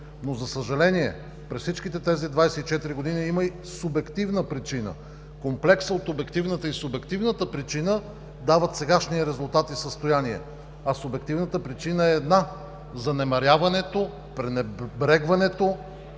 но, за съжаление, през всичките тези 24 години има и субективна причина. Комплексът от обективната и субективната причина дават сегашния резултат и състояние. А субективната причина е една – занемаряването, пренебрегването,